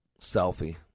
Selfie